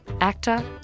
actor